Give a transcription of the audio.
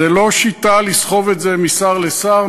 זו לא שיטה לסחוב את זה משר לשר,